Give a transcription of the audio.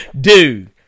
Dude